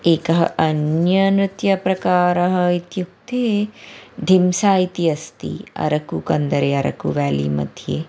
एकः अन्यनृत्यप्रकारः इत्युक्ते धिंसा इति अस्ति अरकुकन्दरे अरकु वेली मध्ये